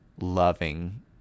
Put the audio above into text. Loving